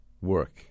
work